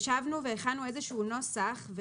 ישבנו והכנו איזשהו נוסח.